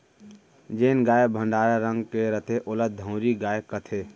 जेन गाय पंडरा रंग के रथे ओला धंवरी गाय कथें